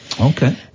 Okay